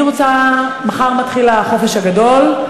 אני תכף מקדם, מחר מתחיל החופש הגדול.